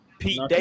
Pete